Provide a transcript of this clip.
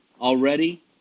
Already